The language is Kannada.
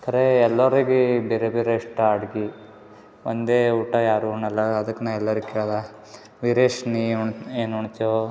ಕರೆ ಎಲ್ಲರಿಗೆ ಬೇರೆ ಬೇರೆ ಇಷ್ಟ ಅಡಿಗೆ ಒಂದೆ ಊಟ ಯಾರು ಉಣ್ಣೋಲ್ಲ ಅದಕ್ಕೆ ನಾ ಎಲ್ಲರಿಗೆ ಕೇಳ್ದೆ ವಿರೇಶ ನೀ ಉಣ್ಣು ಏನು ಉಣ್ತಿಯೋ